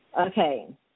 Okay